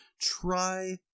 Try